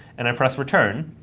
and i press return,